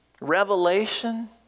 revelation